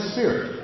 Spirit